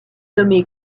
nommé